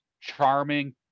charming